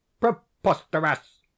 Preposterous